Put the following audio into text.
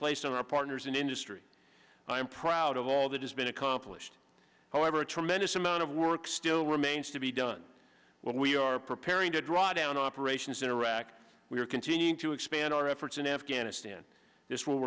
placed on our partners in industry i am proud of all that has been accomplished however a tremendous amount of work still remains to be done when we are preparing to drawdown operations in iraq we are continuing to expand our efforts in afghanistan this will